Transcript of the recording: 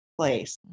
place